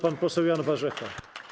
Pan poseł Jan Warzecha.